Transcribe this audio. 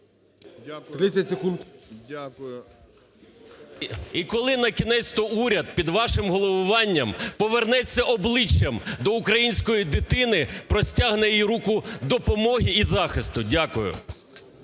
І коли на кінець-то уряд під вашим головуванням повернеться обличчям до української дитини, простягне їй руку допомоги і захисту? Дякую.